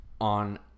on